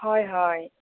হয় হয়